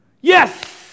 Yes